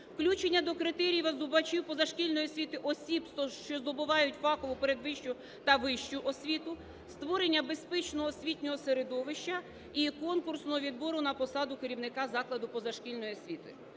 включення до критеріїв здобувачів позашкільної освіти осіб, що здобувають фахову передвищу та вищу освіту, створення безпечного освітнього середовища і конкурсного відбору на посаду керівника закладу позашкільної освіти.